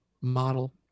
model